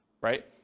right